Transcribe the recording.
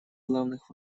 главных